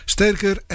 Sterker